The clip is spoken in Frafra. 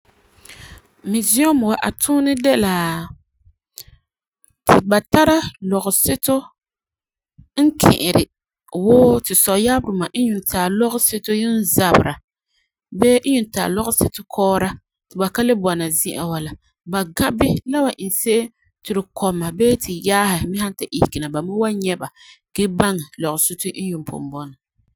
Meseum wa a tuunɛ de la; ba tara lɔgeseto n ki'iri wuu tu sɔyaabeduma n yuun tari lɔgeseto yuun zɛbera bee n yuun tari lɔgeseto kɔɔra to ba ka le bɔna zina wa la, ba gã bini la wan iŋɛ se'em ti tu kɔma bee tu yaasi me san ta sige na ba me wan nyɛ ba gee baŋɛ lɔgeseto n yuun pugum bɔna.